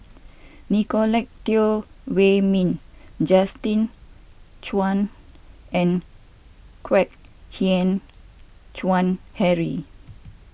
Nicolette Teo Wei Min Justin Zhuang and Kwek Hian Chuan Henry